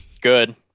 Good